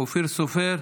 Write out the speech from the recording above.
אופיר סופר,